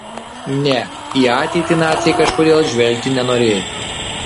ne į ateitį naciai kažkodėl žvelgti nenorėjo